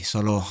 Solo